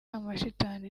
amashitani